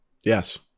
Yes